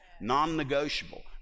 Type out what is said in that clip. non-negotiable